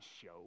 show